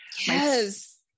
yes